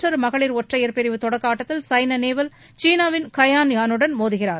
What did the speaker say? மற்றொரு மகளிர் ஒற்றையர் பிரிவு தொடக்க ஆட்டத்தில் சாய்னா நேவால் சீனாவின் கை யான் யானுடன் மோதுகிறார்